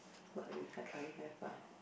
what will I have ah